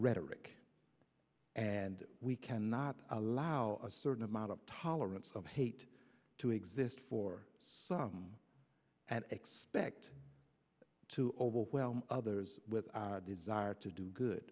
rhetoric and we cannot allow a certain amount of tolerance of hate to exist for some and expect to overwhelm others with our desire to do good